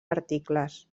articles